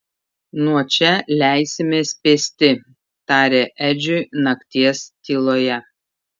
nuo čia leisimės pėsti tarė edžiui nakties tyloje